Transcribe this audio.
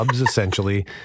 essentially